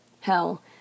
hell